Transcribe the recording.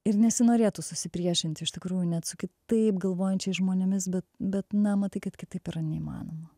ir nesinorėtų susipriešinti iš tikrųjų net su kitaip galvojančiais žmonėmis bet bet na matai kaip kitaip yra neįmanoma